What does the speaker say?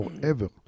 forever